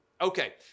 Okay